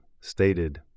stated